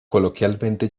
coloquialmente